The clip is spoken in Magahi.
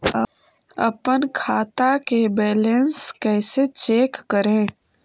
अपन खाता के बैलेंस कैसे चेक करे?